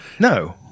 No